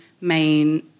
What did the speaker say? main